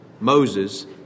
Moses